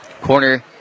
Corner